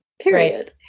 period